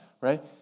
Right